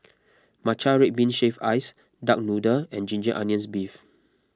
Matcha Red Bean Shaved Ice Duck Noodle and Ginger Onions Beef